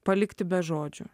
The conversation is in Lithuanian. palikti be žodžių